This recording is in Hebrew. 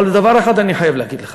אבל דבר אחד אני חייב להגיד לך,